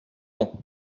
bon